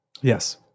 yes